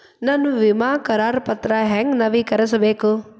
ನನ್ನ ವಿಮಾ ಕರಾರ ಪತ್ರಾ ಹೆಂಗ್ ನವೇಕರಿಸಬೇಕು?